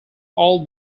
all